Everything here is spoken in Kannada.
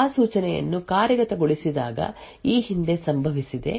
ಆ ಸೂಚನೆಯನ್ನು ಕಾರ್ಯಗತಗೊಳಿಸಿದಾಗ ಈ ಹಿಂದೆ ಸಂಭವಿಸಿದೆ